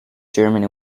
germany